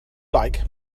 like